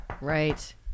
Right